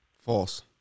False